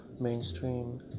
mainstream